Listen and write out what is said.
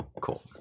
cool